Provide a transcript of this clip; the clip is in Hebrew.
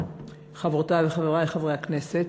חברותי וחברי חברי הכנסת,